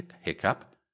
hiccup